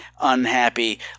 unhappy